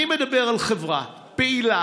אני מדבר על חברה פעילה,